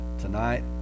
tonight